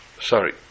sorry